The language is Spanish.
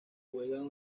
juegan